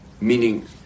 Meaning